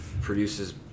produces